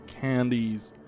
candies